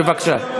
בבקשה.